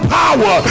power